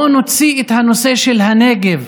בואו נוציא את הנושא של הנגב